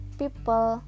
people